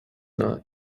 not